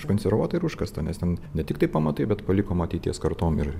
užkonservuota ir užkasta nes ten ne tiktai pamatai bet palikom ateities kartoms ir